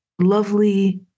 lovely